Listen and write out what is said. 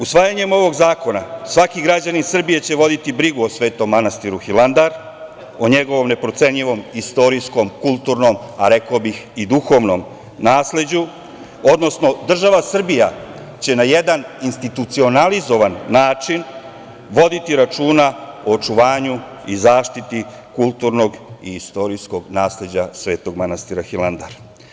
Usvajanjem ovog zakona svaki građanin Srbije će voditi brigu o Svetom manastiru Hilandar, o njegovom neprocenjivom istorijskom, kulturnom, a rekao bih i duhovnom nasleđu, odnosno država Srbija će na jedan institucionalizovan način voditi računa o očuvanju i zaštiti kulturnog i istorijskog nasleđa Svetog manastira Hilandar.